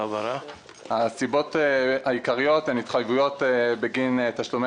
הסיבות העיקריות להעברה הן התחייבויות בגין תשלומי